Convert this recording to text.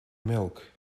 milk